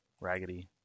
raggedy